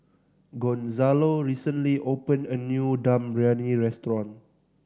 Gonzalo recently opened a new Dum Briyani restaurant